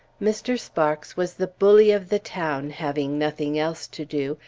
mr. sparks was the bully of the town, having nothing else to do,